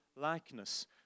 likeness